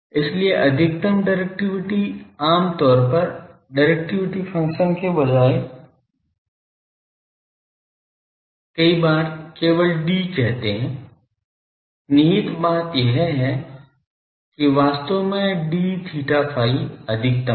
इसलिए अधिकतम डिरेक्टिविटी आमतौर पर डिरेक्टिविटी फंक्शन के बजाय कई बार केवल D कहते है निहित बात यह है कि वास्तव में d theta phi अधिकतम है